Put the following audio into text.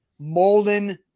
Molden